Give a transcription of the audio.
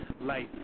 Life